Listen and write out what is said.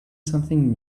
something